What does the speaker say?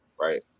right